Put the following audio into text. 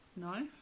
No